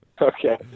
Okay